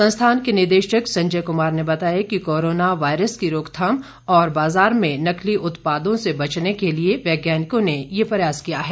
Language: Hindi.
संस्थान के निदेशक संजय कुमार ने बताया कि कोरोना वायरस की रोकथाम और बाजार में नकली उत्पादों से बचने के लिए वैज्ञानिकों ने ये प्रयास किया है